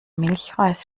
milchreis